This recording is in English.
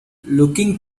looking